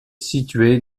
situé